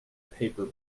paper